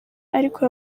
ariko